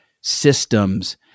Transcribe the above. systems